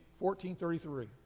1433